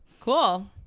Cool